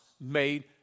made